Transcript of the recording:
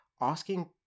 asking